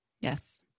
Yes